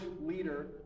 leader